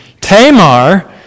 Tamar